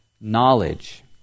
knowledge